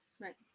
Right